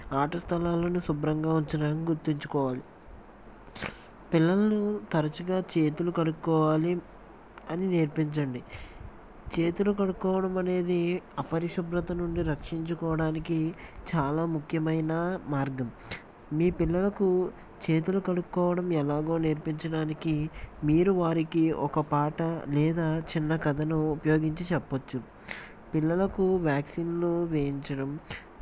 ఆట స్థలాలను శుభ్రంగా ఉంచడం గుర్తించుకోవాలి పిల్లలు తరచుగా చేతులు కడుకోవాలి అని నేర్పించండి చేతులు కడుకోవడం అనేది అపరిశుభ్రత నుండి రక్షించుకోవడానికి చాలా ముఖ్యమైన మార్గం మీ పిల్లలకు చేతులు కడుకోవడం ఎలాగో నేర్పించడానికి మీరు వారికి ఒక పాట లేదా చిన్న కథను ఉపయోగించి చెప్పవచ్చు పిల్లలకు వ్యాక్సిన్లు వేయించడం